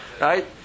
right